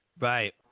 Right